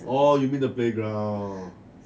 oh you mean the playground